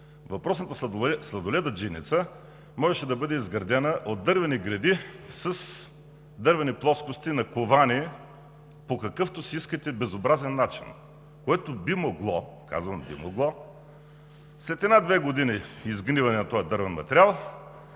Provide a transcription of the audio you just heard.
въпросната сладоледаджийница можеше да бъде изградена от дървени греди с дървени плоскости, наковани по какъвто си искате безобразен начин, което би могло, казвам „би могло“, след една, две години изгниване на този дървен материал